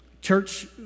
Church